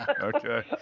Okay